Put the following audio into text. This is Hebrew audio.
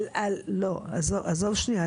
עזוב שניה,